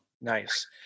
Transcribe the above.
Nice